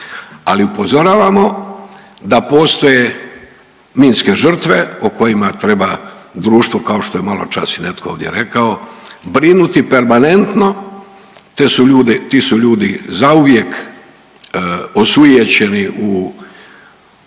Sali upozoravamo da postoje minske žrtve o kojima treba društvo kao što je malo čas i netko ovdje rekao brinuti permanentno. Ti su ljudi zauvijek osujećeni u